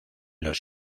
los